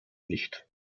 nicht